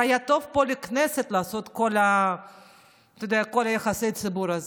זה היה טוב פה לכנסת לעשות את כל יחסי הציבור האלה.